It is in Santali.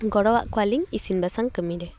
ᱜᱚᱲᱚᱣᱟᱜ ᱠᱚᱣᱟᱞᱤᱝ ᱤᱥᱤᱱ ᱵᱟᱥᱟᱝ ᱠᱟᱢᱤ ᱨᱮ